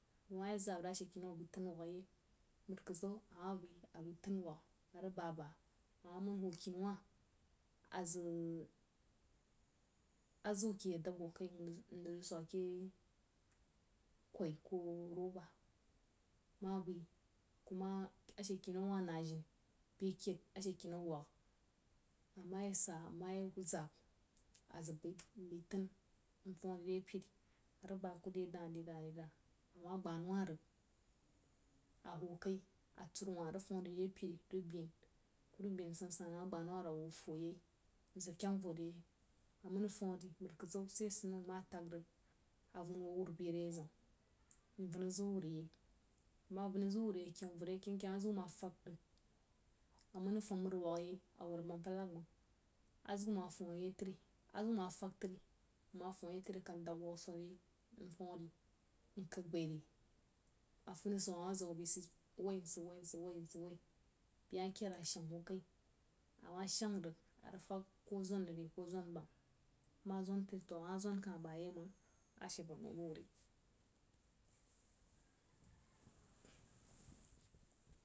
Ama ye zab rig ashe kinnau a bəg rig tan wuogha yei mri kedzau ama bai abai tən wuougha a rig babbahi ama mən hwo kini wah a zəg azau ke adəb hwo kai nzəg swog ke kwoi koh rubber ma bai kuma ashe kunnai awah najini be keid ashe kinnau wuogha ama ya sa nma ye zab a zəg bai nbai tan nfumri re peri a rig bah ku re dah-dah nma gbahnaulwah rig a hwo kai aturowa a rig famri re pen rig bein kurig bein san-san ama gbahnau wa rig a hwo fuu yei nsəg kyang voh re yei aman rig fam ri mritadʒau ma tag-rig a van hwo wudo beh raiʒəng nvan aziu wuryei nma van aziu wurwa yei akyaŋng joh-yeo kyəng-kyəng aziu ma fəg rig aman rig fəm mri wuogha yei awul abampadlag məng, aziu a fəm mri wuogha yei awul abampadlag məng, aziu ma fəm yei tri, aziu ma fəg tri akəng təg. Wuoghə suba yei nmfəm ri nkəg bai ri a finisau ama ziu abai sid woi, sid woi beh ma keid rig ashəng hwo kai ama shəng rig a fəg koh zwan rig re koh zwan bəm ma zwan tri toh ma zwan bəm ashe bo nau buwo ri.